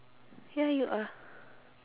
ya you are